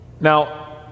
Now